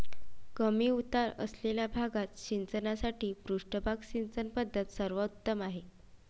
कमी उतार असलेल्या भागात सिंचनासाठी पृष्ठभाग सिंचन पद्धत सर्वोत्तम आहे